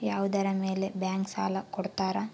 ಯಾವುದರ ಮೇಲೆ ಬ್ಯಾಂಕ್ ಸಾಲ ಕೊಡ್ತಾರ?